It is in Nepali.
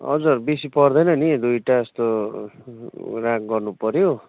हजुर बेसी पर्दैन नि दुईवटा जस्तो राग गर्नुपऱ्यो